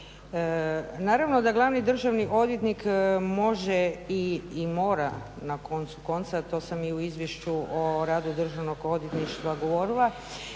Naravno da glavni državni odvjetnik može i mora na koncu konca, to sam i u izvješću o radu državnog odvjetništva govorila,